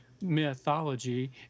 mythology